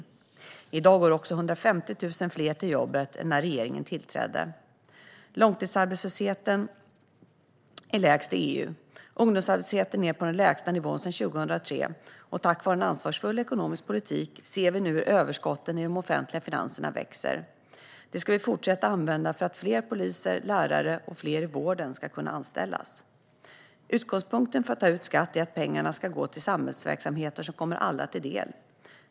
I dag går också 150 000 fler till jobbet än när regeringen tillträdde. Långtidsarbetslösheten är lägst i EU. Ungdomsarbetslösheten är på den lägsta nivån sedan 2003. Tack vare en ansvarsfull ekonomisk politik ser vi nu hur överskotten i de offentliga finanserna växer. Dem ska vi fortsätta använda för att fler poliser, fler lärare och fler i vården ska kunna anställas. Utgångspunkten för att ta ut skatt är att pengarna ska gå till samhällsverksamheter som kommer alla till del.